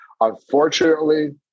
Unfortunately